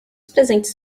presentes